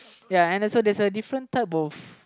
ya and also there's a different type of